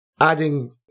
adding